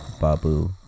Babu